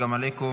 צגה מלקו,